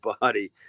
body